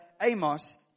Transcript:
Amos